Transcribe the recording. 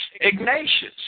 Ignatius